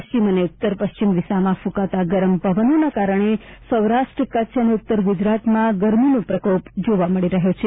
પશ્ચિમ અને ઉત્તર પશ્ચિમ દિશામાં કુંકાતા ગરમ પવનોના કારણે સૌરાષ્ટ્ર કચ્છ અને ઉત્તર ગુજરાતમાં ગરમીનો પ્રકોપ જોવા મળી રહ્યો છે